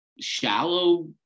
shallow